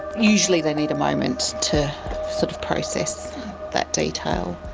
usually they need a moment to sort of process that detail.